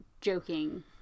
joking